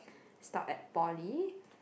stopped at poly